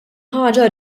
ħaġa